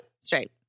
straight